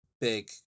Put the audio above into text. big